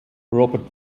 robert